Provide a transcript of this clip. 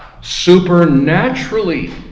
Supernaturally